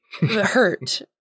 hurt